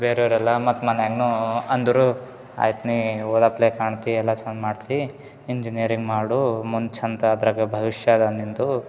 ಬೇರೆಯವ್ರು ಎಲ್ಲ ಮತ್ತು ಮನ್ಯಾಗೂ ಅಂದರು ಆಯ್ತು ನೀ ಓದಪ್ಲೆ ಕಾಣ್ತಿ ಎಲ್ಲ ಚಂದ ಮಾಡ್ತಿ ಇಂಜಿನಿಯರಿಂಗ್ ಮಾಡು ಮುಂದೆ ಛಂದ ಅದರಾಗ ಭವಿಷ್ಯ ಅದ ನಿಂದು